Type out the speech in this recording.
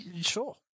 Sure